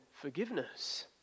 forgiveness